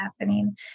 happening